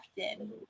often